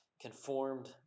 conformed